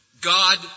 God